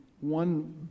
one